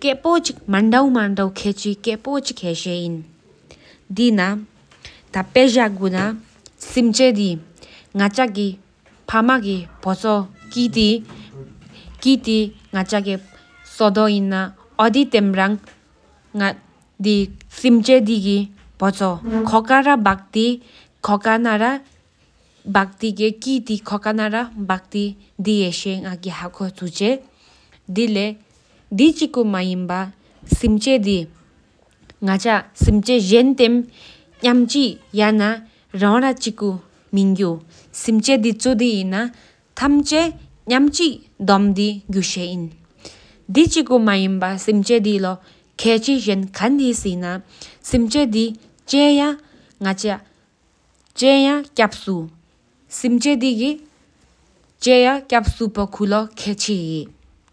མ་ཆུ་ཁཏ་ གུ་བབ་ཀླ་བ་ཕུ་མ་གི་སྒྲོ་ཉི་གི་གཏེས་མ་མི་འཕེལ་ཏེ་ཟ་ཁུལ་ན་བ་ཐི་བསོ་བཤོ་ཡོད། ཆུ་འའི་དཀའ་ཡི་ཁབ་ཀུང་གི་གཟུང་པའི་སྙན་མ་ཕལ་འཫོས་བག་རིག་རང་ཆུ་ང་བསམ་ཆ་བདུནན་ཁྲུས་ཆུ་ཀུ་ཞེ་ག་ཅང་གི་དངོས་གུ་འེ་ཆུ་ཆེ་ཡོད། དེ་ཆུ་ཧྲ་གཅི་མ སྦོར་ཆེ་ཡག་ཡ་ཧེ་འབྱི་ཐཅུག་པོ་མ་ནང་ཁང་འཁྲུག་ཡར་ཁོ་གཤེས།